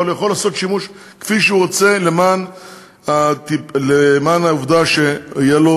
אבל הוא יכול לעשות בהם שימוש כפי שהוא רוצה כדי שתהיה לו